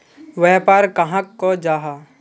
व्यापार कहाक को जाहा?